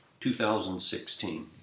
2016